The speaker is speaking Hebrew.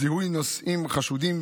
לזיהוי נוסעים חשודים,